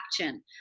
action